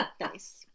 Nice